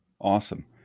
Awesome